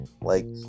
Like-